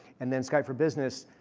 and then skype for business